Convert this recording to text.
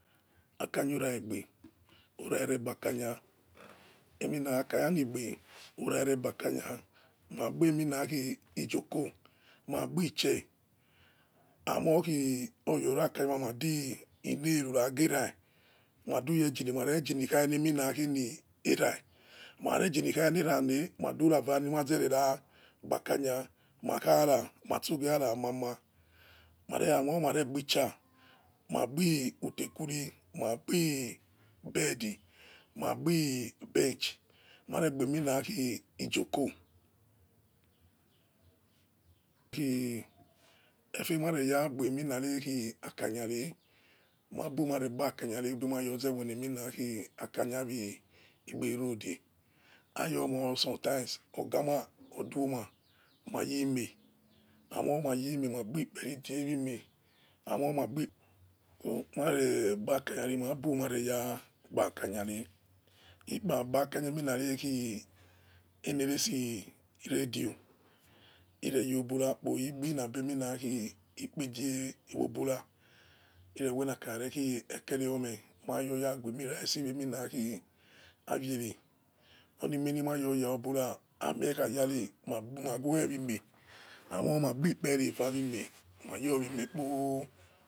Akaya ora igbe orariregbakanya emina akanya nigbe orariregba kanya magbe minakhi ijoko magbi chair amokhi oyaorakanya ma madi inail u naghera maduye eginini mare egini khaenera makharegini khanerane maduravare ana zagbakani masogia ramama anzor maregbo chair magbi utequ ri mabe bedi magbi bench maregb emina khijoko efe mare ragbaminare kie akanyare mabu marebakanyare ebimayozewena kanya we igberoadi ayomor some times oga ma oduma mayi ime amo mayi ime magbi kpere edie we imie amie maregbakanyare mabu mareya gba kanyare ikpa bakanya eminare khi enerese radio ireyoborakpo igbi ikpe edie wobo ra inewenakanya rekhi ekheri ome mayoraguime rice waviele oni ime nimayoyawo bora amiemayare mawe wimeh amor magbikpe re eva wie ime mayowi mekpo,